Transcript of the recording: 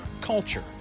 culture